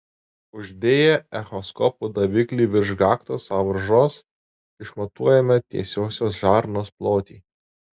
uždėję echoskopo daviklį virš gaktos sąvaržos išmatuojame tiesiosios žarnos plotį